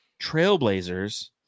Trailblazers